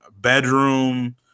bedroom